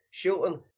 Shilton